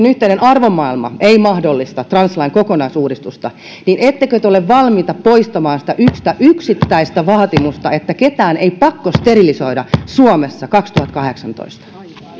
yhteinen arvomaailma ei mahdollista translain kokonaisuudistusta niin ettekö te ole valmiita poistamaan sitä yksittäistä vaatimusta niin että ketään ei pakkosterilisoida suomessa kaksituhattakahdeksantoista